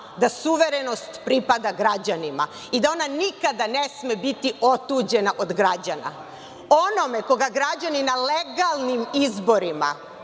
da suverenost pripada građanima i da ona nikada ne sme biti otuđena od građana. Onaj koga građani na legalnim izborima